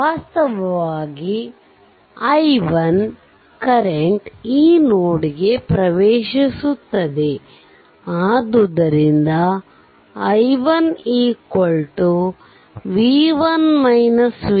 ವಾಸ್ತವವಾಗಿ i1 current ಈ node 1 ಗೆ ಪ್ರವೇಶಿಸುತ್ತದೆ ಅದ್ದುದರಿಂದ i1 8